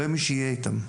לא יהיה מי שיהיה איתם.